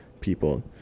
people